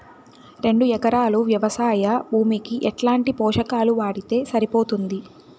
రెండు ఎకరాలు వ్వవసాయ భూమికి ఎట్లాంటి పోషకాలు వాడితే సరిపోతుంది?